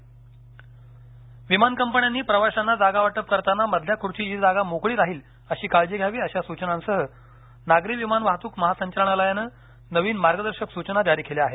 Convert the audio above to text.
विमान वाहतक विमान कंपन्यांनी प्रवाशांना जागा वाटप करताना मधल्या खुर्चीची जागा मोकळी राहील अशी काळजी घ्यावी अशा सुचनांसह नागरी विमान वाहतूक महासंचलनालयानं नवीन मार्गदर्शक सुचना जारी केल्या आहेत